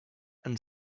and